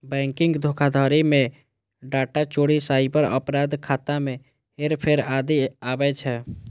banking धोखाधड़ी मे data चोरी, साइबर अपराध, खाता मे हेरफेर आदि आबै छै